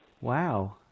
Wow